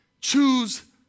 Choose